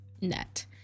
net